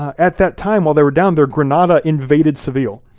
at that time, while they were down there, granada invaded seville.